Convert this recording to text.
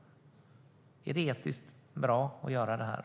Är det etiskt bra att göra detta?